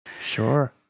Sure